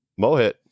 Mohit